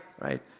right